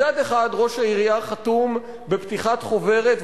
מצד אחד ראש העירייה חתום בפתיחת חוברת,